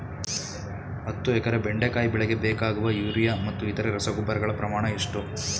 ಹತ್ತು ಎಕರೆ ಬೆಂಡೆಕಾಯಿ ಬೆಳೆಗೆ ಬೇಕಾಗುವ ಯೂರಿಯಾ ಮತ್ತು ಇತರೆ ರಸಗೊಬ್ಬರಗಳ ಪ್ರಮಾಣ ಎಷ್ಟು?